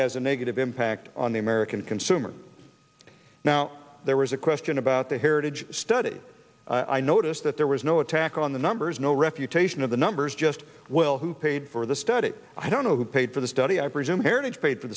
has a negative impact on the american consumer now there was a question about the heritage study i noticed that there was no attack on the numbers no refutation of the numbers just well who paid for the study i don't know who paid for the study i presume heritage paid for